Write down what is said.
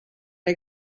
der